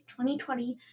2020